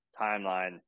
timeline